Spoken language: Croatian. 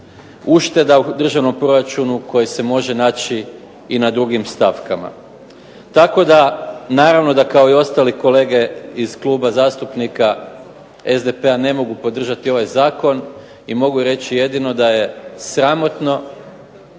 ušteda u držanom proračunu koji se može naći i na drugim stavkama. Tako da naravno da kao i ostali kolege iz Kluba zastupnika SDP-a ne mogu podržati ovaj zakon. I mogu reći jedino da je sramotno